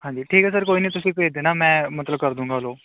ਹਾਂਜੀ ਠੀਕ ਆ ਸਰ ਕੋਈ ਨਹੀਂ ਤੁਸੀਂ ਭੇਜ ਦੇਣਾ ਮੈਂ ਮਤਲਬ ਕਰ ਦੂੰਗਾ ਅਲਾਓ